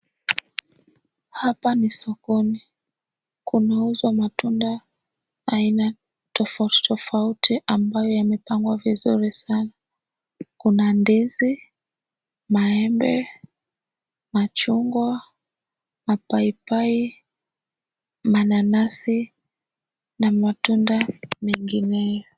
Hapa ni sokoni, kunauzwa matunda aina tofauti tofauti ambayo yamepangwa vizuri sana. Kuna ndizi, maembe, machungwa, mapaipai, mananasi na matunda mengineyo.